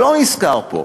שלא נזכרה פה,